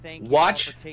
Watch